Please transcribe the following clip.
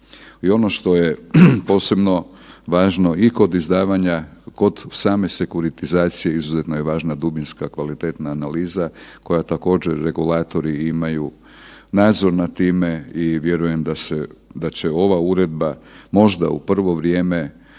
I ono što je posebno važno i kod izdavanja kod same sekuritizacije izuzetno je važna dubinska kvalitetna analiza koja također regulator imaju nadzor nad time i vjerujem da će ova uredba možda u prvo vrijeme